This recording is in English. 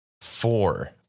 Four